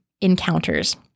encounters